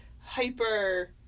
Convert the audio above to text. hyper